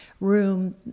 room